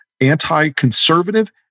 anti-conservative